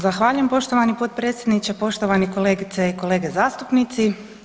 Zahvaljujem poštovani potpredsjedniče, poštovani kolegice i kolege zastupnici.